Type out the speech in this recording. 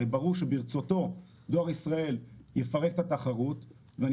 ברור שברצותו דואר ישראל יפרק את התחרות ואני